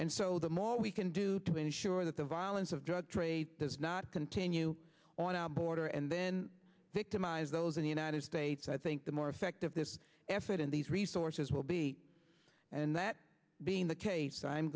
and so the more we can do to ensure that the violence of drug trade does not continue on our border and then victimize those in the united states i think the more effective this effort in these resources will be and that being the case i'm